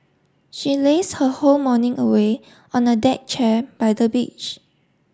she laze her whole morning away on a deck chair by the beach